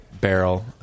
barrel